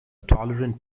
tolerant